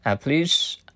please